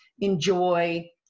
enjoy